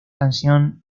canción